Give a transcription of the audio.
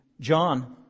John